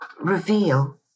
reveal